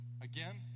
Again